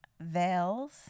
veils